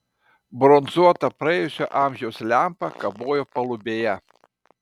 bronzuota praėjusio amžiaus lempa kabojo palubėje